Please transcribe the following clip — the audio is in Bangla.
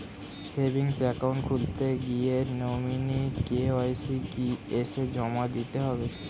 সেভিংস একাউন্ট খুলতে গিয়ে নমিনি কে.ওয়াই.সি কি এসে জমা দিতে হবে?